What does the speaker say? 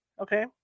Okay